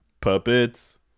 Puppets